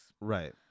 Right